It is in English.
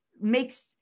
makes